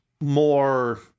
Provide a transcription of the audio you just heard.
more